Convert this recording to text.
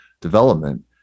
development